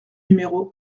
numéro